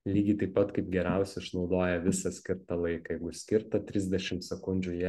lygiai taip pat kaip geriausi išnaudoja visą skirtą laiką jeigu skirta trisdešim sekundžių jie